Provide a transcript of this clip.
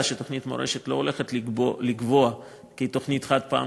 שתוכנית מורשת לא הולכת לגווע כתוכנית חד-פעמית,